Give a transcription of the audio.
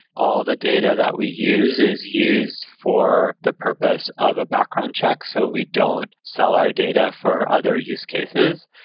all the data that we use is used for the purpose of a background check. so we don't sell our data for other use cases.